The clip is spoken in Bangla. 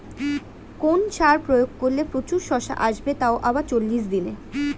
কোন সার প্রয়োগ করলে প্রচুর শশা আসবে তাও আবার চল্লিশ দিনে?